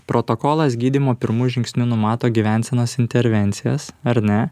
protokolas gydymo pirmu žingsniu numato gyvensenos intervencijas ar ne